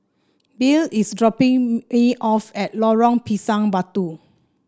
Billye is dropping A off at Lorong Pisang Batu